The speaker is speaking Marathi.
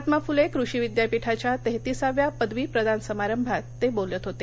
महात्मा फुले कृषि विद्यापीठाच्या तेहतीसाव्या पदवीप्रदान समारंभात ते बोलत होते